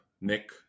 Nick